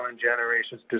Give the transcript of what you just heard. generations